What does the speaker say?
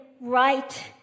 right